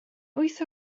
wyth